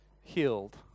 Healed